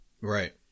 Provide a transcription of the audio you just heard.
Right